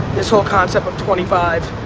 this whole concept of twenty five,